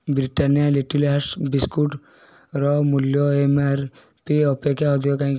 Britannia little hearts ବିସ୍କୁଟ୍ର ମୂଲ୍ୟ M R P ଅପେକ୍ଷା ଅଧିକ କାହିଁକି